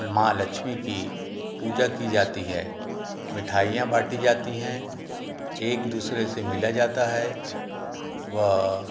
महालक्ष्मी की पूजा की जाती है मिठाइयाँ बाटी जाती हैं एक दूसरे से मिला जाता है व